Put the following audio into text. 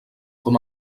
com